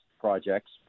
projects